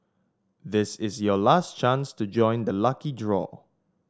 this is your last chance to join the lucky draw